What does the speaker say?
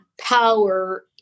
power